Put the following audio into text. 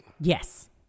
Yes